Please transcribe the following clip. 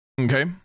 okay